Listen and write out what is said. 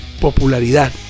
popularidad